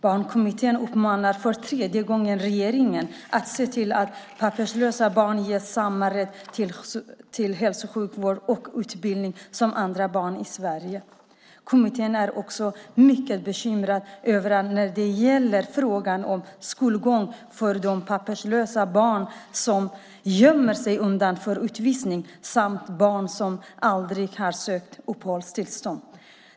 Barnkommittén uppmanar för tredje gången regeringen att se till att papperslösa barn ges samma rätt till hälso och sjukvård och utbildning som andra barn i Sverige. Kommittén är också mycket bekymrad när det gäller frågan om skolgång för de papperslösa barn som gömmer sig för att inte utvisas samt för de barn som aldrig har sökt uppehållstillstånd.